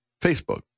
Facebook